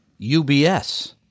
UBS